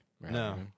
no